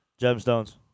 gemstones